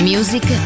Music